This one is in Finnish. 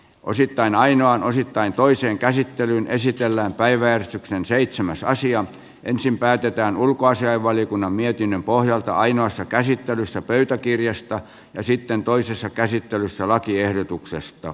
osittain ainoan osittain toisen käsittelyn esitellään päiväystyksen seitsemässä asia ensin päätetään ulkoasiainvaliokunnan mietinnön pohjalta ainoassa käsittelyssä pöytäkirjasta ja sitten toisessa käsittelyssä lakiehdotuksesta